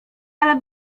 ale